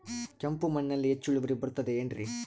ಕೆಂಪು ಮಣ್ಣಲ್ಲಿ ಹೆಚ್ಚು ಇಳುವರಿ ಬರುತ್ತದೆ ಏನ್ರಿ?